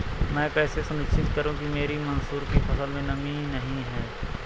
मैं कैसे सुनिश्चित करूँ कि मेरी मसूर की फसल में नमी नहीं है?